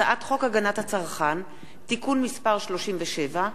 הצעת חוק הגנת הצרכן (תיקון מס' 37)